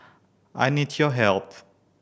I need your help